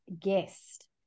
guest